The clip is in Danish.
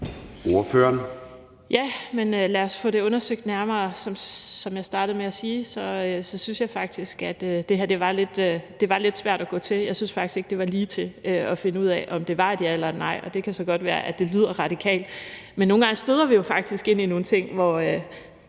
Dehnhardt (SF): Lad os få det undersøgt nærmere. Som jeg startede med at sige, synes jeg faktisk, at det her var lidt svært at gå til. Jeg synes faktisk ikke, det var ligetil at finde ud af, om det var et ja eller nej, og det kan så godt være, at det lyder radikalt, men nogle gange støder vi jo faktisk ind i nogle ting, hvor